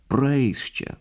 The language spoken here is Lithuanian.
praeis čia